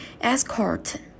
escort